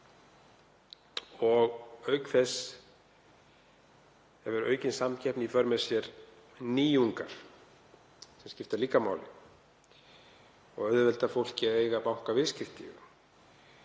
og auk þess hefur aukin samkeppni í för með sér nýjungar sem skipta líka máli og auðvelda fólki að eiga bankaviðskipti.